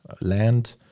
land